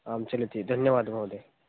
आं चलति धन्यवादः महोदयः